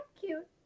cute